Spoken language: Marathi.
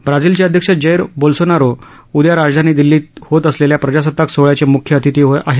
ब्राझीलचे अध्यक्ष जैर बोल्सोनारो उद्या राजधानी दिल्लीत होत असलेल्या प्रजासत्ताक सोहळ्याचे म्ख्य अतिथी आहेत